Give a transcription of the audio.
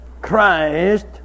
Christ